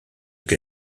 qu’a